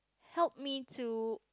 help me to